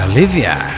Olivia